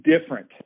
different